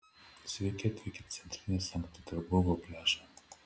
sveiki atvykę į centrinį sankt peterburgo pliažą